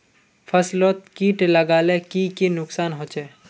फसलोत किट लगाले की की नुकसान होचए?